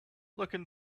looking